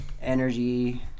energy